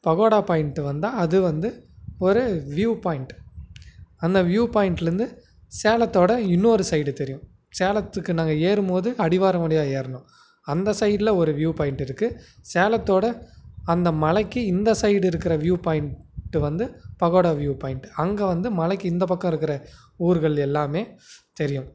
pakoda point வந்தால் அது வந்து ஒரு வியூ பாயிண்ட் அந்த வியூ பாயிண்ட்லேந்து சேலத்தோடய இன்னோரு சைடு தெரியும் சேலத்துக்கு நாங்கள் ஏறும்போது அடிவாரம் வழியாக ஏறினோம் அந்த சைடில் ஒரு வியூ பாயிண்ட் இருக்குது சேலத்தோடய அந்த மலைக்கு இந்த சைடு இருக்கிற வியூ பாயிண்ட்டு வந்து பகோடா வியூ பாயிண்ட் அங்கே வந்து மலைக்கு இந்த பக்கம் இருக்கிற ஊர்கள் எல்லாமே தெரியும்